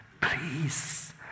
please